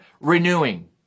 renewing